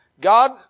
God